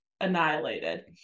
annihilated